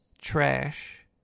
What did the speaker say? trash